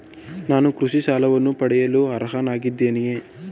ನಾನು ಕೃಷಿ ಸಾಲವನ್ನು ಪಡೆಯಲು ಅರ್ಹನಾಗಿದ್ದೇನೆಯೇ?